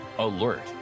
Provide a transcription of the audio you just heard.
Alert